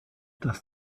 das